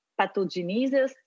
pathogenesis